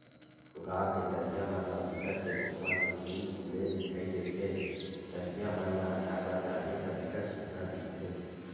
गाँव के तरिया मन म बिकट के खोखमा के फूल फूले दिखई देथे, तरिया म नहाय बर जाबे त बिकट सुग्घर दिखथे